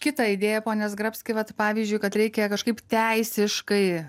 kitą idėją pone zgrabski vat pavyzdžiui kad reikia kažkaip teisiškai